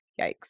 Yikes